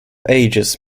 ages